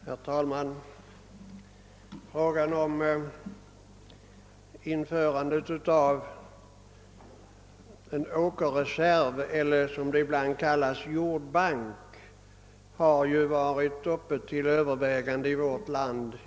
Herr talman! Frågan om införandet av en åkerreserv eller, såsom det ibland heter, jordbank, har vid ett par tillfällen varit uppe till övervägande i vårt land.